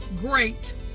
great